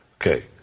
okay